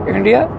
India